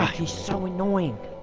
he's so annoying!